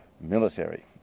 military